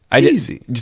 easy